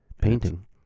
painting